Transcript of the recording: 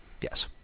yes